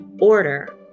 order